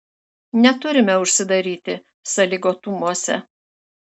neturime užsidaryti sąlygotumuose